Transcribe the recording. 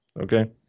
Okay